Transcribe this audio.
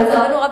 אבל לצערנו הרב,